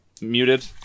muted